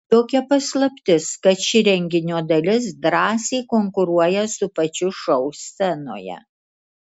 jokia paslaptis kad ši renginio dalis drąsiai konkuruoja su pačiu šou scenoje